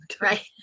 right